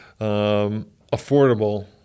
affordable